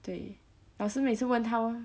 对老师每次问他